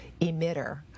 emitter